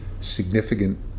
significant